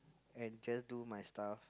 and just do my stuff